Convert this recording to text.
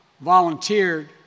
volunteered